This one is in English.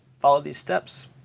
follow these steps.